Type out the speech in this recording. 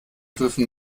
dürfen